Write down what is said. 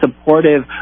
supportive